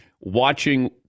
Watching